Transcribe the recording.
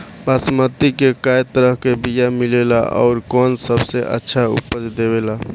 बासमती के कै तरह के बीया मिलेला आउर कौन सबसे अच्छा उपज देवेला?